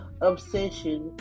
Obsession